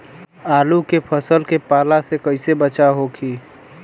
आलू के फसल के पाला से कइसे बचाव होखि?